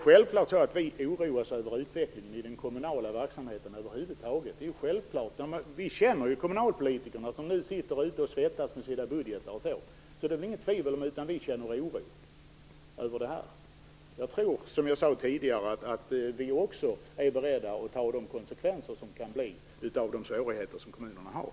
Självklart oroas vi av utvecklingen i den kommunala verksamheten över huvud taget. Vi känner ju de kommunalpolitiker som nu sitter ute i landet och svettas över sina budgetar. Det är inget tvivel om att vi känner oro över det. Jag tror, som jag sade tidigare, att vi också är beredda att ta de konsekvenser som kan uppstå genom de svårigheter som kommunerna har.